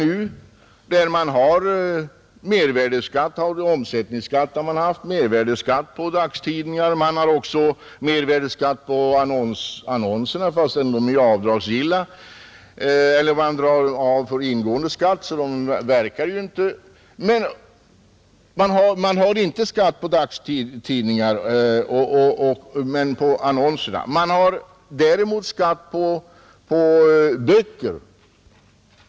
På dagstidningar utgår inte mervärdeskatt men på annonserna, men då får avdrag göras för ingående skatter och alltså blir inte verkan densamma. Man har således inte skatt på dagstidningarna, utan på annonserna, men däremot utgår mervärdeskatt på böcker.